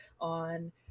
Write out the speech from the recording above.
on